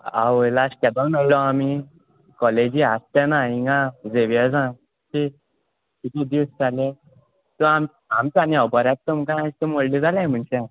आवय लाश केदोन मेवल्लोय आमी कॉलेजी आस तेना हिंगां झेवियर्जा शी कितू दीस जाले तो आम आमचो आनी होबोर आस तुमकां तुमी व्हळ्ळी जालाय मनशां